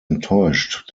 enttäuscht